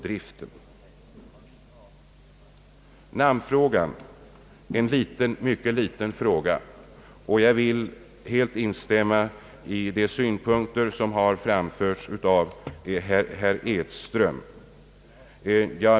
Vad beträffar namnet på det nya ämbetsverket — det är en mycket liten fråga — kan jag helt instämma i de synpunkter, som här har framförts av herr Edström.